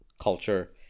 culture